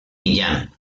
millán